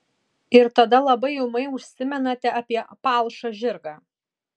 ir tada labai ūmai užsimenate apie palšą žirgą